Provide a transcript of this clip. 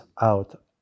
out